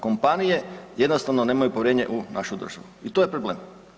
Kompanije jednostavno nemaju povjerenje u našu državu i to je problem.